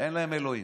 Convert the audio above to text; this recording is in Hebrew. אין להם אלוהים.